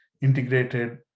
integrated